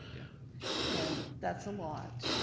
yeah and that's a lot,